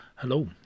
Hello